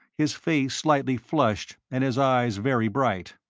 his face slightly flushed and his eyes very bright.